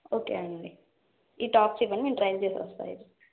okay అండి ఈ tops ఇవ్వండి నేను ట్రయిల్ చేసి వస్తాను అయితే